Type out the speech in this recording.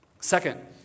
Second